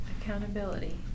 Accountability